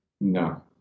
no